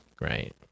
right